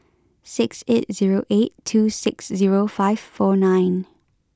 six eight zero eight two six zero five four nine